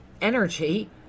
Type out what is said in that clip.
energy